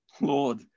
Lord